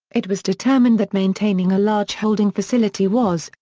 it was determined that maintaining a large holding facility was,